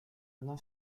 одна